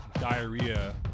diarrhea